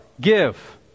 give